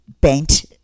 bent